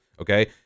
okay